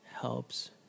helps